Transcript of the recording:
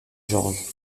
george